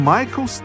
Michael